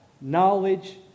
knowledge